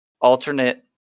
alternate